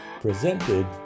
presented